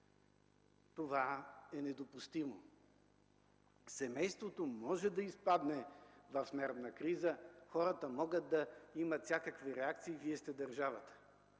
Това е недопустимо! Семейството може да изпадне в нервна криза, хората могат да имат всякакви реакции. Вие сте държавата